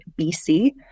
BC